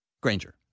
Granger